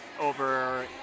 over